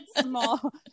Small